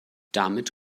damit